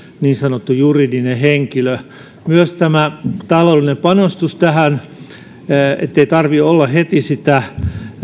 niin sanottu juridinen henkilö myös tämä taloudellinen panostus ettei tarvitse heti sitä